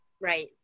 Right